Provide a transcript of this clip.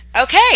Okay